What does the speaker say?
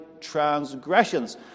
transgressions